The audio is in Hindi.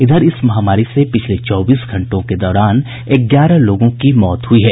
इधर इस महामारी से पिछले चौबीस घंटों के दौरान ग्यारह लोगों की मौत हुई है